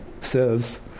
says